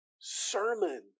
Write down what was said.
sermon